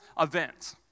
event